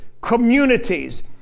communities